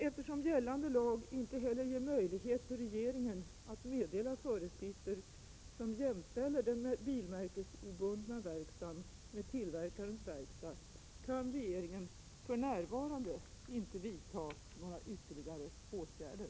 Eftersom gällande lag inte heller ger möjlighet för regeringen att meddela föreskrifter som jämställer den bilmärkesobundna verkstaden med tillverkarens verkstad, kan regeringen för närvarande inte vidta några ytterligare åtgärder.